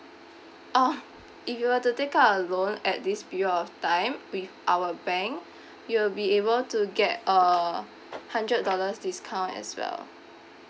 orh if you were to take out a loan at this period of time with our bank you'll be able to get uh hundred dollars discount as well